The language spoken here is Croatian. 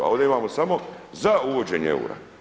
A ovdje imamo samo za uvođenje eura.